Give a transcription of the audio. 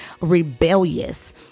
rebellious